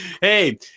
hey